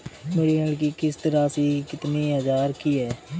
मेरी ऋण किश्त राशि कितनी हजार की है?